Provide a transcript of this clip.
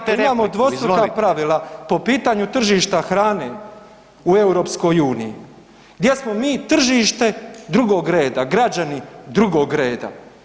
Isto tako imamo dvostruka pravila po pitanju tržišta hrane u EU gdje smo mi tržište drugog reda, građani drugog reda.